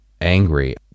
angry